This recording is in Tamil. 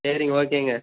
சரிங்க ஓகேங்க